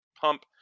pump